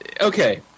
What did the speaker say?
okay